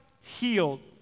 healed